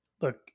Look